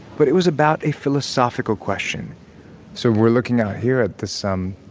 but it was about a philosophical question so we're looking out here at this. um